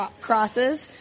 crosses